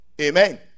Amen